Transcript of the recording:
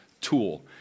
tool